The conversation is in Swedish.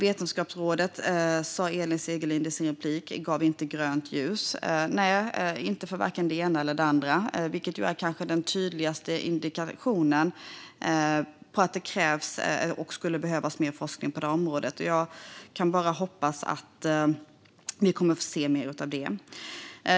Elin Segerlind sa i sitt inlägg att Vetenskapsrådet inte gett grönt ljus - nej, inte för vare sig det ena eller det andra, vilket är den kanske tydligaste indikationen på att det skulle behövas mer forskning på detta område. Jag kan bara hoppas att vi kommer att få se mer av detta.